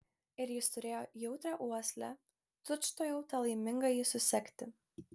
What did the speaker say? ir jis turėjo jautrią uoslę tučtuojau tą laimingąjį susekti